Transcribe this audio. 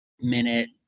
minute